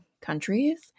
countries